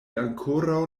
ankoraŭ